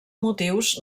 motius